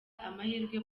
amahirwe